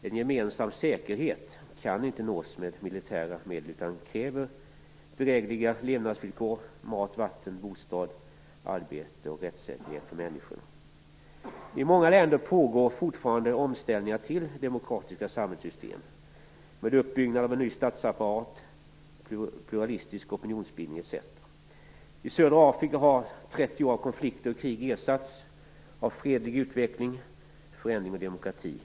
En gemensam säkerhet kan inte nås med militära medel utan kräver drägliga levnadsvillkor; mat, vatten, bostad, arbete och rättssäkerhet. I många länder pågår fortfarande omställningar till demokratiska samhällssystem med uppbyggnad av en ny statsapparat, av en pluralistisk opinionsbildning etc. I södra Afrika har 30 år av konflikter och krig ersatts av fredlig utveckling, förändring och demokrati.